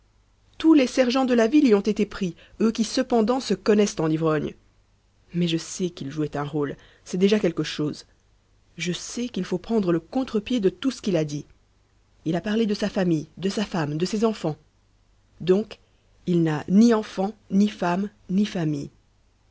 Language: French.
tous les sergents de ville y ont été pris eux qui cependant se connaissent en ivrognes mais je sais qu'il jouait un rôle c'est déjà quelque chose je sais qu'il faut prendre le contre-pied de tout ce qu'il a dit il a parlé de sa famille de sa femme de ses enfants donc il n'a ni enfants ni femme ni famille